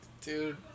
Dude